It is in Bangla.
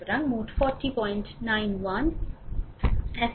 সুতরাং মোট 4091 Ω